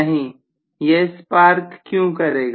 professor नहीं यह spark क्यों करेगा